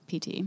PT